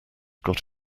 got